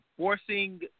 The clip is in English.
Forcing